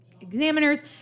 Examiners